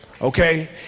Okay